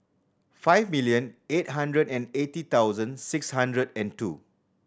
five million eight hundred and eighty thousand six hundred and two